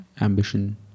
ambition